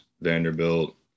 Vanderbilt